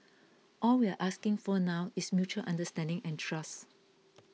all we're asking for now is mutual understanding and trust